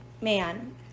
Man